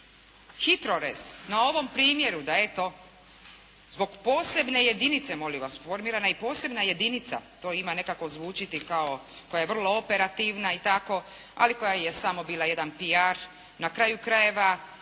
slaveći HITRORez na ovom primjeru da eto zbog posebne jedinice molim vas, formirana je i posebna jedinica. To ima nekako zvučiti kao koja je vrlo operativna i tako, ali koja je samo bila jedan “pi ar“. Na kraju krajeva